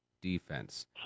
defense